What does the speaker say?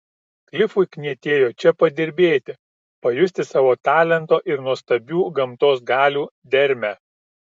klifui knietėjo čia padirbėti pajusti savo talento ir nuostabių gamtos galių dermę